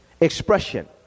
expression